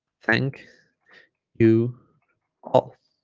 thank you all